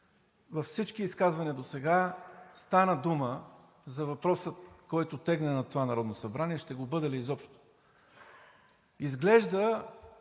Във всички изказвания досега стана дума за въпроса, който тегне над това Народно събрание – ще го бъде ли изобщо? Изглежда,